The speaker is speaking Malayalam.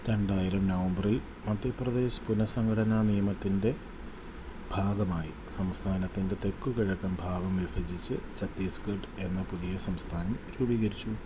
രണ്ടായിരം നവംബറിൽ മധ്യപ്രദേശ് പുനഃസംഘടനാ നിയമത്തിൻ്റെ ഭാഗമായി സംസ്ഥാനത്തിൻ്റെ തെക്കുകിഴക്കൻ ഭാഗം വിഭജിച്ച് ഛത്തീസ്ഗഡ് എന്ന പുതിയ സംസ്ഥാനം രൂപീകരിച്ചു